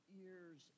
ears